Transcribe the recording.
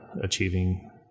achieving